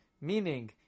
meaning